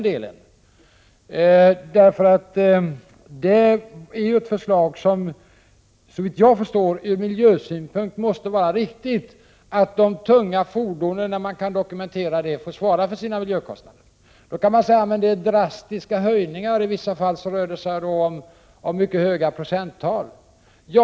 Det är ju ett förslag som såvitt jag förstår måste vara riktigt från miljösynpunkt — att de tunga fordonen får svara för sina miljökostnader när man kan dokumentera dem. Då kan man invända att det är fråga om drastiska höjningar — i vissa fall rör det sig om mycket höga procenttal.